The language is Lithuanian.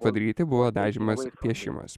padaryti buvo dažymas piešimas